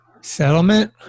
Settlement